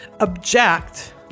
object